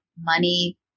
money